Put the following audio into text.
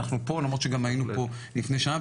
אנחנו פה למרות שגם היינו פה לפני שעה,